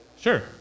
Sure